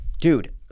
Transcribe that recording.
Dude